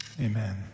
Amen